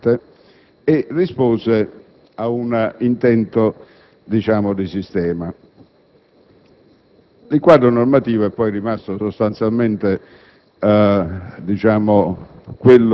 importante e rispose ad un intento di sistema. Il quadro normativo è poi rimasto sostanzialmente